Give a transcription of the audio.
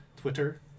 Twitter